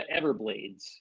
Everblades